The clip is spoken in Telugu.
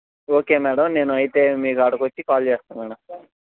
ఓకే మేడమ్ నేను అయితే మీకు ఆడకు వచ్చి కాల్ చేస్తాను మేడమ్